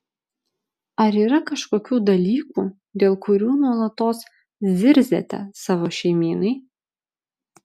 ar yra kažkokių dalykų dėl kurių nuolatos zirziate savo šeimynai